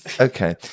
Okay